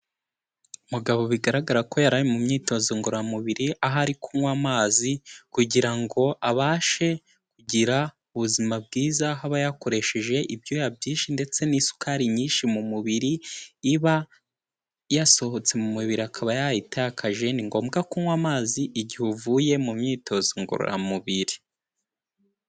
Mugabo bigaragara ko yari ari mu myitozo ngororamubiri, ahari kunywa amazi kugira ngo abashe kugira ubuzima bwiza, aho aba yakoresheje ibyuya byinshi ndetse n'isukari nyinshi mu mubiri, iba yasohotse mu mubiri akaba yayitakaje, ni ngombwa kunywa amazi igihe uvuye mu myitozo ngororamubiri.